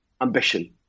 Ambition